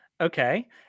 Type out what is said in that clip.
okay